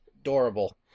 Adorable